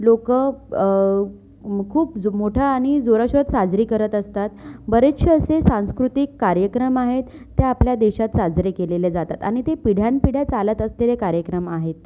लोक खूप जो मोठ्या आणि जोराशोरात साजरी करत असतात बरेचसे असे सांस्कृतिक कार्यक्रम आहेत ते आपल्या देशात साजरे केलेल्या जातात आणि ते पिढ्यान् पिढ्या चालत असलेले कार्यक्रम आहेत